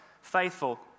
faithful